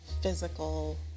physical